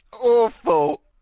awful